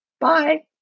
bye